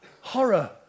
horror